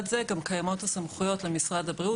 ד"ר אולגה פרישמן,